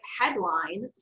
headline